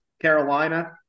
Carolina